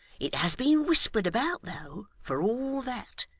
it has been whispered about though, for all that.